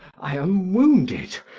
i am wounded!